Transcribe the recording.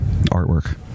artwork